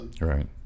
Right